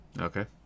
Okay